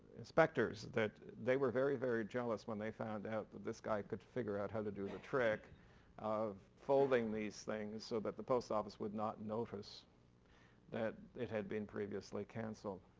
inspectors that they were very, very jealous when they found out that this guy could figure out how to do the trick of folding these things so that the post office would not notice that it had been previously canceled.